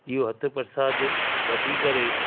इहो हथ परसाद वठी करे